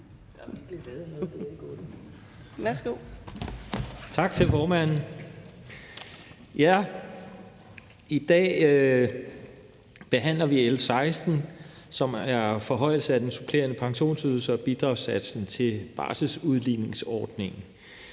Tak til formanden. I dag behandler vi L 16, som er forhøjelse af den supplerende pensionsydelse og bidragssatsen til barselsudligningsordningen,